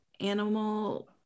animal